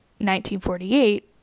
1948